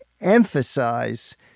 emphasize